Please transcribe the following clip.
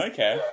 Okay